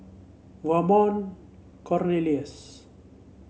Vernon Cornelius